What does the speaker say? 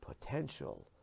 potential